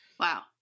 Wow